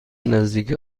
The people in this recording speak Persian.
نزدیک